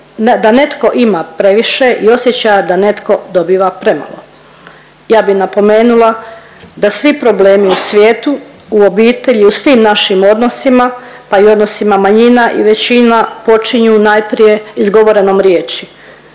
da netko ima previše i osjećaja da netko dobiva premalo. Ja bi napomenula da svi problemi u svijetu, u obitelji i u svim našim odnosima, pa i u odnosu manjina i većina počinju najprije izgovorenom riječi,